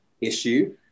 issue